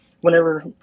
whenever –